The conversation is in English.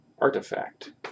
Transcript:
artifact